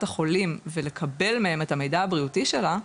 החולים ולקבל מהם את המידע הבריאותי שלה,